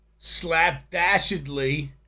slapdashedly